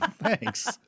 Thanks